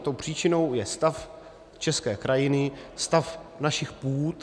Tou příčinou je stav české krajiny, stav našich půd.